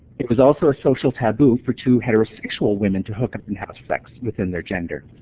it was also a social taboo for two heterosexual women to hook up and have sex within their gender.